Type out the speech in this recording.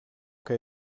que